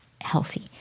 healthy